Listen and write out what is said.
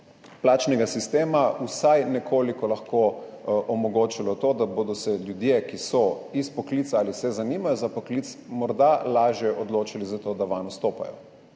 plačnega sistema, vsaj nekoliko lahko omogočil to, da bodo se ljudje, ki so iz poklica ali se zanimajo za poklic, morda lažje odločali za to, da vanj vstopajo.